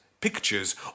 pictures